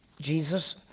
Jesus